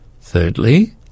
Thirdly